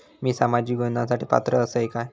मी सामाजिक योजनांसाठी पात्र असय काय?